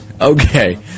Okay